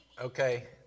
Okay